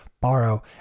borrow